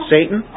Satan